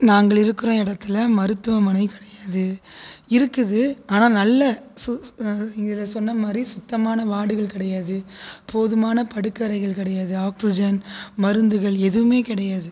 நாங்கள் இருக்கிற இடத்துல மருத்துவமனை கிடையாது இருக்குது ஆனால் நல்ல சு சு சொன்ன மாதிரி சுத்தமான வார்டுகள் கிடையாது போதுமான படுக்கை அறைகள் கிடையாது ஆக்ஸிஜன் மருந்துகள் எதுவுமே கிடையாது